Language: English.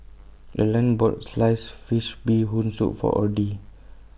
Lurline bought Sliced Fish Bee Hoon Soup For Odie